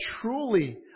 truly